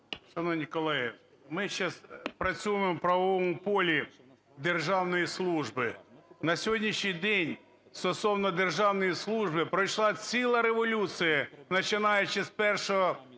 Шановні колеги, ми зараз працюємо у правовому полі державної служби. На сьогоднішній день, стосовно державної служби пройшла ціла революція, починаючи з 1 травня